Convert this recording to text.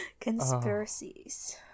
Conspiracies